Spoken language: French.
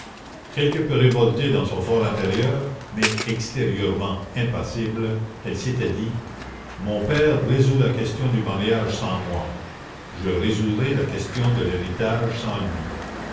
quelque peu révoltée dans son for intérieur mais extérieurement impassible elle s'était dit mon père résout la question du mariage sans moi je résoudrai la question de l'héritage sans lui